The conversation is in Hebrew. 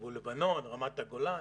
גבול לבנון, רמת הגולן.